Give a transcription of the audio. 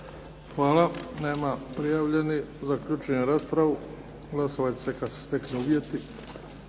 Hvala. Nema prijavljenih. Zaključujem raspravu. Glasovat će se kad se steknu uvjeti.